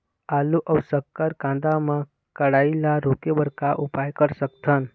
आलू अऊ शक्कर कांदा मा कढ़ाई ला रोके बर का उपाय कर सकथन?